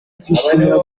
twishimira